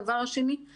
הדבר השני הוא